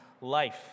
life